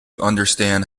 understand